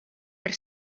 per